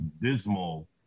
dismal